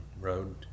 Road